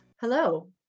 Hello